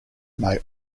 may